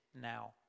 now